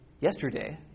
yesterday